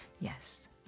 yes